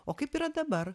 o kaip yra dabar